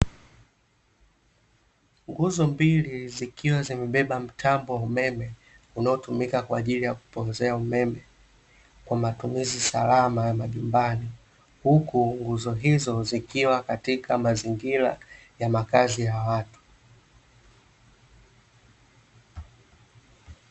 Nguzo mbili zikiwa zimebeba mtambo wa umeme unaotumika kwa ajili ya kupoozea umeme kwa matumizi salama ya majumbani , huku nguzo hizo zikiwa katika mazingira ya makazi ya watu.